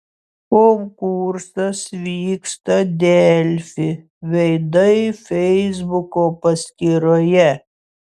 konkursas vyksta delfi veidai feisbuko paskyroje